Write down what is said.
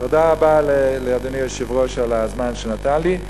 תודה רבה לאדוני היושב-ראש על הזמן שנתן לי.